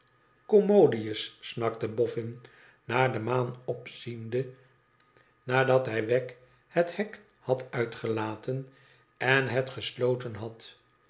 commodius snakte boffin naar de maan opziende nadat hij wegg het hek had uitgelaten en het gesloten had